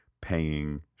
paying